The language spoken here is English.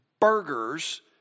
burgers